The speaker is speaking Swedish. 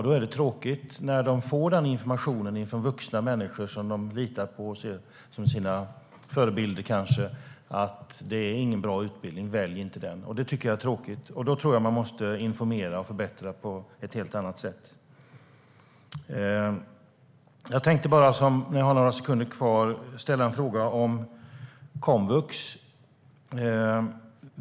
Det är tråkigt när de får den här informationen från vuxna människor som de litar på och som de kanske ser som sina förebilder: Det är ingen bra utbildning. Välj inte den! Det tycker jag är tråkigt. Jag tror att man måste förbättra och informera på ett helt annat sätt. Jag har några sekunder kvar av mitt anförande. Då tänkte jag ställa en fråga om komvux.